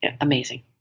amazing